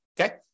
okay